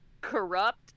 corrupt